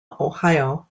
ohio